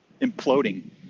imploding